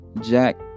Jack